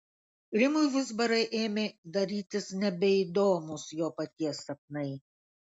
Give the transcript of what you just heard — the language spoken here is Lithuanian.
rimui vizbarai ėmė darytis nebeįdomūs jo paties sapnai